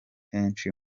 henshi